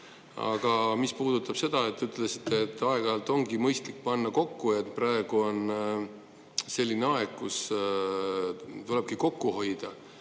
ole. Aga mis puudutab seda, et te ütlesite, et aeg-ajalt ongi mõistlik panna kokku ja praegu on selline aeg, kui tulebki kokku hoida,